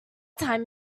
time